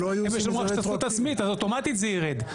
משלמות השתתפות עצמית אז אוטומטית זה יירד.